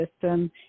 system